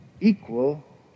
equal